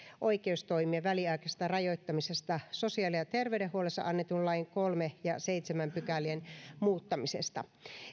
oikeustoimien väliaikaisesta rajoittamisesta sosiaali ja terveydenhuollossa annetun lain kolmannen ja seitsemännen pykälän muuttamisesta